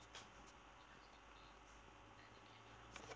yeah